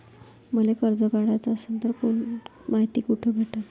मले कर्ज काढाच असनं तर मायती कुठ भेटनं?